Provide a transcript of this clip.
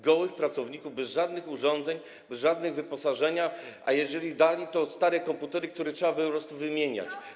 Gołych pracowników bez żadnych urządzeń, bez żadnego wyposażenia, a jeżeli dali, to stare komputery, które trzeba wymieniać.